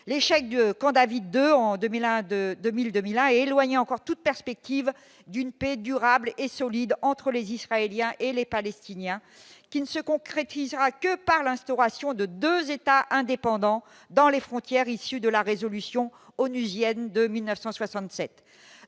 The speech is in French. l'échec du Camp David II en 2001 de 2000 2001 éloigner encore toute perspective d'une paix durable et solide entre les Israéliens et les Palestiniens, qui ne se concrétisera que par l'instauration de 2 états indépendant dans les frontières issues de la résolution onusienne de 1967